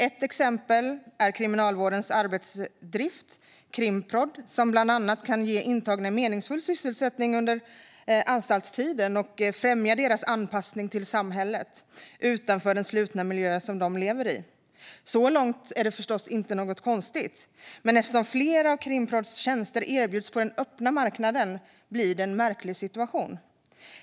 Ett exempel är Kriminalvårdens arbetsdrift Krimprod, som bland annat kan ge intagna en meningsfull sysselsättning under anstaltstiden och främja deras anpassning till samhället utanför den slutna miljö de lever i. Så långt är det förstås inget konstigt, men eftersom flera av Krimprods tjänster erbjuds på den öppna marknaden blir det en märklig situation.